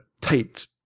tight